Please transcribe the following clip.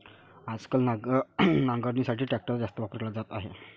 आजकाल नांगरणीसाठी ट्रॅक्टरचा जास्त वापर केला जात आहे